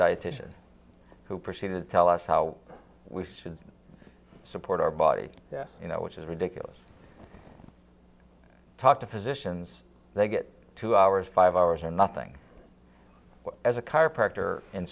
dietician who proceeded to tell us how we should support our body you know which is ridiculous talk to physicians they get two hours five hours and nothing as a chiropractor in